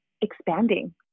expanding